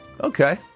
Okay